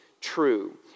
true